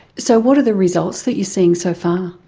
so what are the result that you're seeing so far?